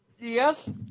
Yes